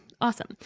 Awesome